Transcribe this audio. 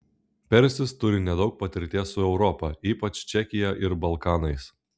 persis turi nedaug patirties su europa ypač čekija ir balkanais